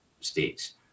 states